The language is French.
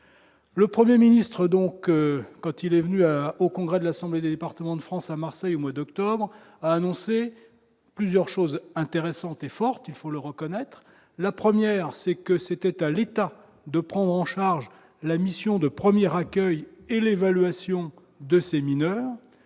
le 1er ministre donc quand il est venu au congrès de l'Assemblée des départements de France à Marseille au mois d'octobre, a annoncé plusieurs choses intéressantes et forte, il faut le reconnaître, la 1ère c'est que c'était à l'État de prendre en charge la mission de premières accueil et l'évaluation de ces mineurs